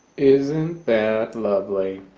isn't that lovely